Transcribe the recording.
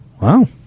Wow